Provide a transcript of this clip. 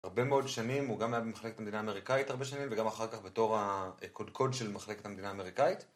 הרבה מאוד שנים, הוא גם היה במחלקת המדינה האמריקאית הרבה שנים וגם אחר כך בתור הקודקוד של מחלקת המדינה האמריקאית